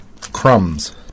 crumbs